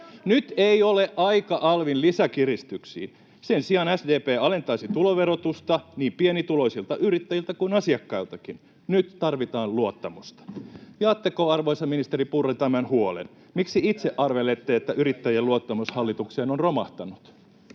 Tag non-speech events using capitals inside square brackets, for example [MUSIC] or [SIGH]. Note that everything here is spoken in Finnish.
Nyt ei ole aika alvin lisäkiristyksiin. Sen sijaan SDP alentaisi tuloverotusta niin pienituloisilta yrittäjiltä kuin asiakkailtakin. Nyt tarvitaan luottamusta. Jaatteko, arvoisa ministeri Purra, tämän huolen? [NOISE] Miksi itse arvelette, että yrittäjien luottamus hallitukseen on romahtanut?